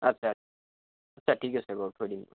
আচ্ছা আচ্ছা ঠিক আছে বাৰু থৈ দিম মই